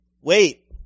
Wait